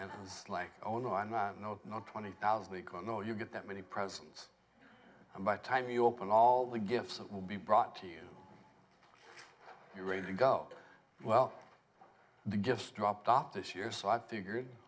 and i was like oh no i'm not no not twenty thousand because no you get that many presents by the time you open all the gifts that will be brought to you you're ready to go well the just dropped off this year so i figured